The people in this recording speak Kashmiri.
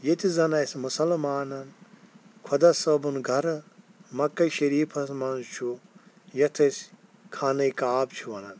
ییٚتہِ زَن اَسہِ مُسَلمانَن خۄدا صٲبُن گَرٕ مَکَے شریٖفَس منٛز چھُ یَتھ أسۍ خانہ کعبہ چھِ وَنان